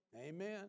Amen